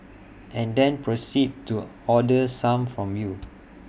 and then proceed to order some from you